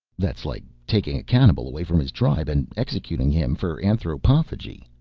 that's like taking cannibal away from his tribe and executing him for anthropophagy.